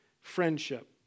friendship